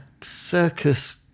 circus